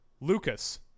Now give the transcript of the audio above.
Lucas